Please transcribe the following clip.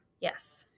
Yes